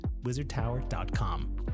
wizardtower.com